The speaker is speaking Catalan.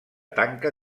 tanca